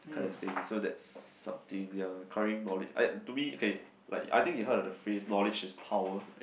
kind of things so that's something ya acquiring knowledge I to me okay like I think you heard of the phrase knowledge is power